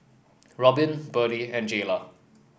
Robyn Byrdie and Jaylah